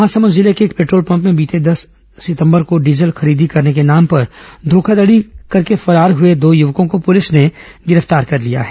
महासमुंद जिले के एक पेट्रोप पंप में बीते दस सितंबर को डीजल खरीदी करने के नाम पर घोखाघड़ी करके फरार हुए दो युवकों को पुलिस ने गिरफ्तार किया है